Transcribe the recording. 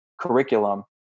curriculum